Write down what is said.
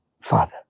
Father